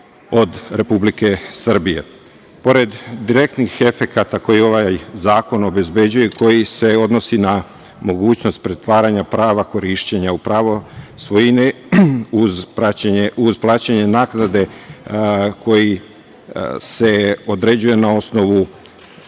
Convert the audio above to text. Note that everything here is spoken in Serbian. od Republike Srbije. Pored direktnih efekata koje ovaj zakon obezbeđuje, koji se odnosi na mogućnost pretvaranja prava korišćenja u pravo svojine, uz plaćanje naknade koja se određuje na osnovu